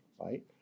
right